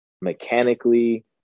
mechanically